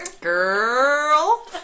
Girl